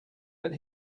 but